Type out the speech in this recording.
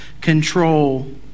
control